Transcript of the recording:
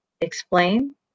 explain